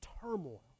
turmoil